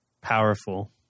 powerful